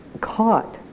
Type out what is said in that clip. caught